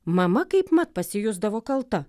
mama kaipmat pasijusdavo kalta